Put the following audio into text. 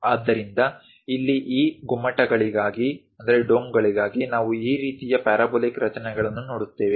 ಆದ್ದರಿಂದ ಇಲ್ಲಿ ಈ ಗುಮ್ಮಟಗಳಿಗಾಗಿ ನಾವು ಆ ರೀತಿಯ ಪ್ಯಾರಾಬೋಲಿಕ್ ರಚನೆಗಳನ್ನು ನೋಡುತ್ತೇವೆ